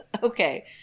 Okay